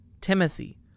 Timothy